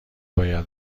باید